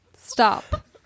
Stop